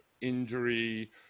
injury